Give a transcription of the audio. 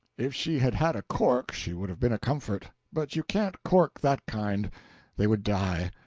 if she had had a cork she would have been a comfort. but you can't cork that kind they would die.